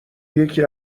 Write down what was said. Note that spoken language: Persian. یکی